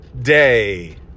day